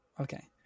Okay